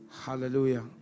Hallelujah